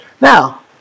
Now